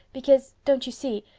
because, don't you see,